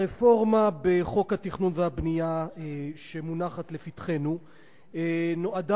הרפורמה בחוק התכנון והבנייה שמונחת לפתחנו נועדה